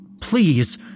please